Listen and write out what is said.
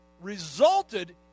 resulted